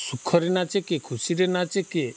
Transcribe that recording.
ସୁଖରେ ନାଚେ କି ଖୁସିରେ ନାଚେ କିଏ